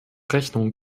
rechnung